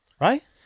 Right